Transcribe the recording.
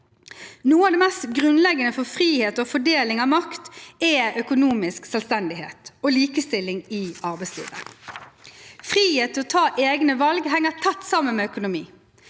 Noe av det mest grunnleggende for frihet og fordeling av makt er økonomisk selvstendighet og likestilling i arbeidslivet. Frihet til å ta egne valg henger tett sammen med økonomi.